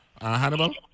Hannibal